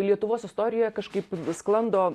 lietuvos istorijoje kažkaip sklando